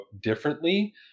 differently